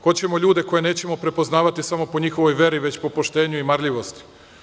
Hoćemo ljude koje nećemo prepoznavati samo po njihovoj veri, već po poštenju i marljivosti.